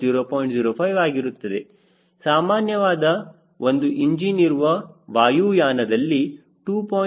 05 ಆಗಿರುತ್ತದೆ ಸಾಮಾನ್ಯವಾದ ಒಂದು ಇಂಜಿನ್ ಇರುವ ವಾಯುಯಾನ ದಲ್ಲಿ 2